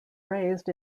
raised